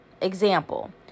Example